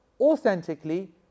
authentically